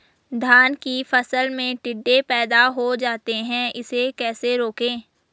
धान की फसल में टिड्डे पैदा हो जाते हैं इसे कैसे रोकें?